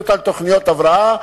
מביא אותה לתוכניות הבראה,